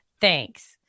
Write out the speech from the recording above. Thanks